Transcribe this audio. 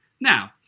Now